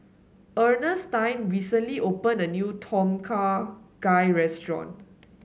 Earnestine recently opened a new Tom Kha Gai restaurant